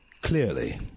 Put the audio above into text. clearly